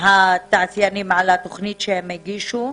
התעשיינים על התוכנית שהם הגישו.